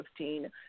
2015